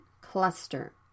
cluster